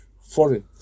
Foreign